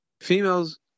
females